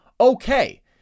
okay